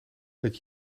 dat